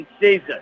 season